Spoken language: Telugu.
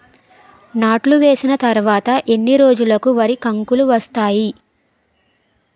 నాట్లు వేసిన తర్వాత ఎన్ని రోజులకు వరి కంకులు వస్తాయి?